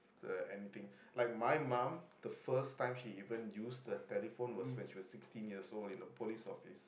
uh anything like my mum the first time she even used a telephone was when she was sixteen years old in the police office